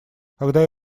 когда